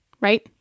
right